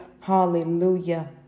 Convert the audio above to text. Hallelujah